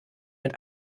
mit